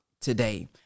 today